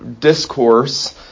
discourse